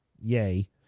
yay